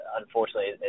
unfortunately